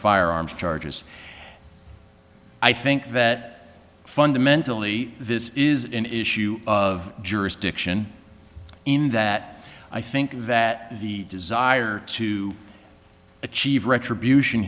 firearms charges i think that fundamentally this is an issue of jurisdiction in that i think that the desire to achieve retribution